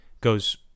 goes